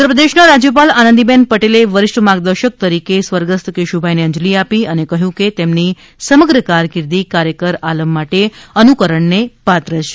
ઉત્તર પ્રદેશ ના રાજયપાલ આનંદીબેન પટેલે વરિષ્ઠ માર્ગદર્શક તરીકે સ્વર્ગસ્થ કેશુભાઈ ને અંજલિ આપી છે અને કહ્યું છે કે તેમની સમગ્ર કારકિર્દી કાર્યકર આલમ માટે અનુકરણ ને પાત્ર છે